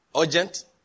Urgent